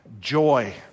joy